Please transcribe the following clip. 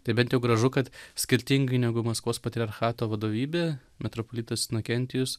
tai bent gražu kad skirtingai negu maskvos patriarchato vadovybė metropolitas inokentijus